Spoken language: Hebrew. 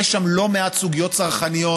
יש שם לא מעט סוגיות צרכניות,